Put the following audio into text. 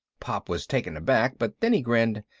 pop was taken aback, but then he grinned.